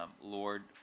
Lord